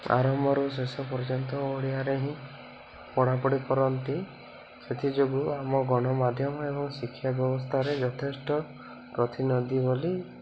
ଆରମ୍ଭରୁ ଶେଷ ପର୍ଯ୍ୟନ୍ତ ଓଡ଼ିଆରେ ହିଁ ପଢ଼ାପଢ଼ି କରନ୍ତି ସେଥିଯୋଗୁଁ ଆମ ଗଣମାଧ୍ୟମ ଏବଂ ଶିକ୍ଷା ବ୍ୟବସ୍ଥାରେ ଯଥେଷ୍ଟ ବୋଲି